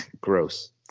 gross